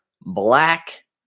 black